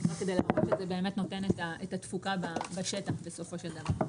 כדי להראות שזה באמת נותן את התפוקה בשטח בסופו של דבר.